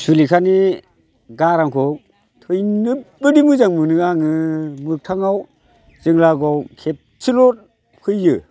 सुलिखानि गारांखौ थैनोबादि मोजां मोनो आङो मोखथाङाव जों लागोआव खेबसेल' फैदों